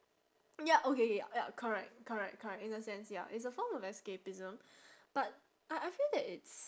ya okay K ya correct correct correct in a sense ya it's a form of escapism but I I feel that it's